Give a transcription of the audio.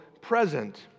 present